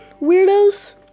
weirdos